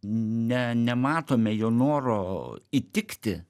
ne nematome jo noro įtikti